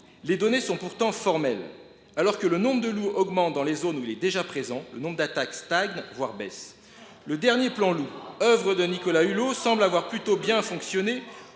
Les données sont pourtant formelles. Alors que le nombre de loups augmente dans les zones où il est déjà présent, le nombre d’attaques stagne, voire baisse. C’est faux ! Le dernier plan Loup, œuvre de Nicolas Hulot, semble avoir plutôt bien fonctionné